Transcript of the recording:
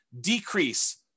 decrease